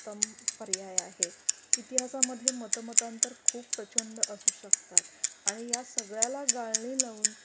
उत्तम पर्याय आहे इतिहासामध्ये मतमतांतर खूप प्रचंड असू शकतात आणि या सगळ्याला गाळणी लावून